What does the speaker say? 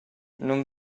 non